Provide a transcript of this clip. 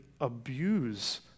abuse